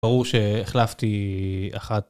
ברור שהחלפתי אחת.